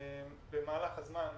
במהלך הזמן,